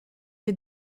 les